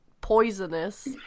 poisonous